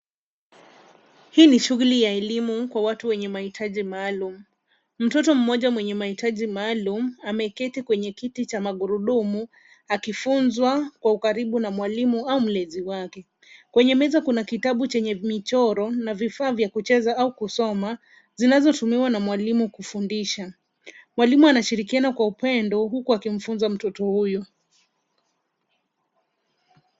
Hii ni shughuli ya elimu kwa watu wenye mahitaji maalum. Mtoto mmoja mwenye mahitaji maalum ameketi kwenye kiti cha magurudumu akifunzwa kwa ukaribu na mwalimu au mlezi wake. Kwenye meza kuna kitabu chenye michoro na vifaa vya kucheza au kusoma zinazotumiwa na mwalimu kufundisha. Mwalimu anashirikiana kwa upendo huku akimfunza mtoto huyu.